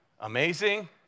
Amazing